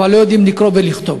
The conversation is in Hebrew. אבל לא יודעים לקרוא ולכתוב,